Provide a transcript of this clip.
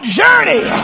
journey